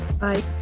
Bye